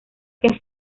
que